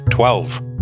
Twelve